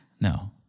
No